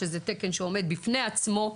שזהו תקן שעומד בפני עצמו,